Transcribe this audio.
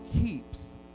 keeps